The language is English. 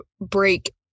break